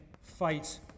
fight